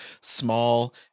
small